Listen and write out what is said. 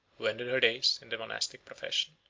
who ended her days in the monastic profession.